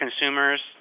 consumers